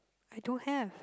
I don't have